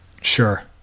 Sure